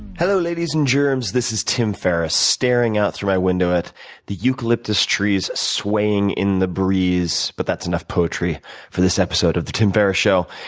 hello, ladies and germs, this is tim ferriss, staring out through my window at the eucalyptus trees swaying in the breeze. but that's enough poetry for this episode of the tim ferriss show.